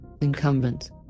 Incumbent